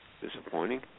Disappointing